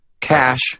Cash